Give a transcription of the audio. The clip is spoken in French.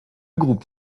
groupe